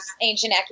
ancient